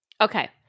Okay